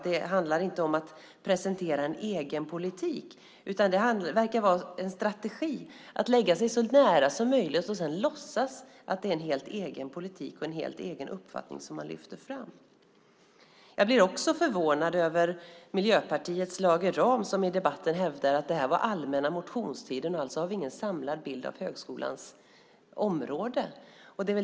Det handlar inte om att presentera en egen politik, utan det verkar vara en strategi att lägga sig så nära som möjligt och sedan låtsas att det är en helt egen politik och en helt egen uppfattning som man lyfter fram. Jag blir också förvånad över Miljöpartiets Lage Rahm, som i debatten hävdar att det här var från allmänna motionstiden och att man därför inte har någon samlad bild av högskolans område.